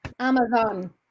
Amazon